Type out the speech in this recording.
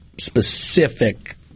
specific